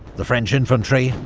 the french infantry,